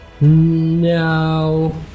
No